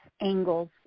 angles